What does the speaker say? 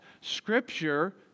Scripture